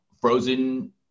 frozen